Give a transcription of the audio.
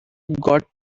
got